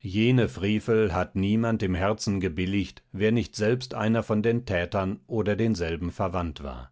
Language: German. jene frevel hat niemand im herzen gebilligt wer nicht selbst einer von den thätern oder denselben verwandt war